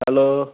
hello